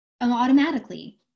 automatically